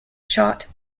shot